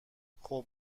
خوب